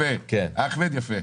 אחמד, יפה.